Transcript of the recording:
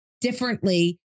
differently